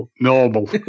normal